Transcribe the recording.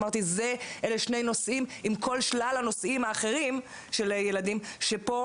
אמרתי שאלה שני נושאים עם כל שלל הנושאים האחרים של ילדים שפה